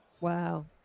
Wow